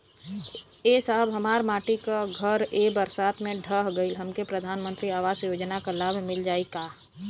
ए साहब हमार माटी क घर ए बरसात मे ढह गईल हमके प्रधानमंत्री आवास योजना क लाभ मिल जाई का?